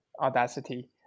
Audacity